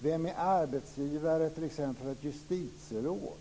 Vem är arbetsgivare för t.ex. ett justitieråd?